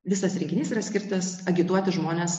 visas rinkinys yra skirtas agituoti žmones